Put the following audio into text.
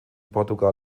portugal